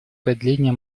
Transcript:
продление